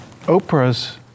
Oprah's